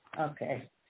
Okay